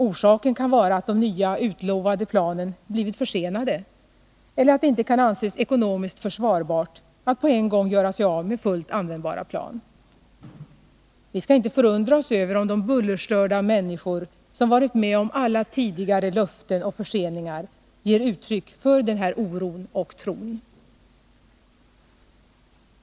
Orsaken kan vara att de nya utlovade planen blivit försenade eller att det inte kan anses ekonomiskt försvarbart att på en gång göra sig av med fullt användbara plan. Vi skall inte förundra oss över om de bullerstörda människor som varit med om alla tidigare löften och förseningar ger uttryck för denna oro och tro.